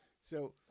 So-